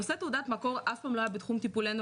נושא תעודת מקור אף פעם לא היה בתחום טיפולנו.